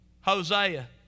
Hosea